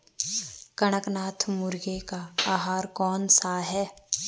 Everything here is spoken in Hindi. कड़कनाथ मुर्गे का आहार कौन सा है?